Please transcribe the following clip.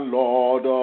lord